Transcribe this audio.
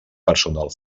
personal